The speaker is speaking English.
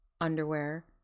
underwear